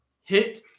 hit